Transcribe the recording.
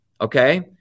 okay